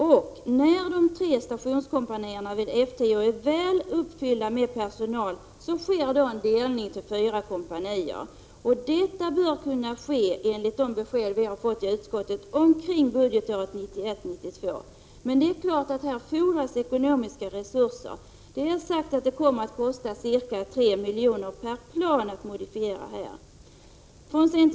När de nuvarande tre stationskompanierna vid F 10 är väl uppfyllda med personal sker en delning till fyra kompanier. Detta bör kunna ske, enligt de besked vi har fått i utskottet, omkring budgetåret 1991/92. Det är klart att här fordras det ekonomiska resurser. Det har sagts här att det kommer att kosta ca 3 milj.kr. per flygplan att modifiera dem.